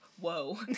whoa